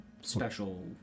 special